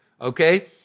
okay